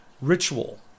ritual